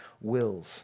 wills